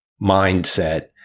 mindset